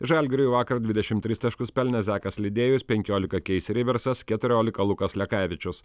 žalgiriui vakar dvidešim tris taškus pelnė zakas lidėjus penkiolika keisi riversas keturiolika lukas lekavičius